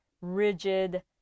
rigid